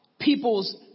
people's